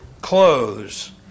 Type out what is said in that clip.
close